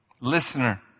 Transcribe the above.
Listener